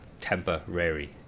temporary